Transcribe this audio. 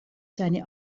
seine